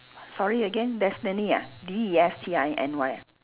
sorry again destiny ah D E S T I N Y ah